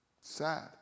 sad